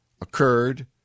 occurred